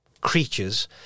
creatures